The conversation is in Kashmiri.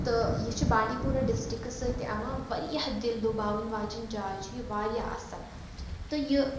تہٕ یہِ چھُ بانڑی پورہ ڈسٹٕرکس سۭتۍ یوان واریاہ دل لُباوٕنۍ واجیٚنۍ جاے چھِ یہِ واریاہ اصل تہٕ یہِ